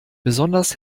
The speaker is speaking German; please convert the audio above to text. besonders